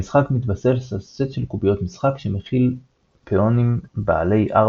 המשחק מתבסס על סט של קוביות משחק שמכיל פאונים בעלי 4,